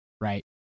right